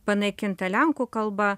panaikinta lenkų kalba